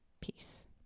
peace